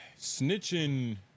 snitching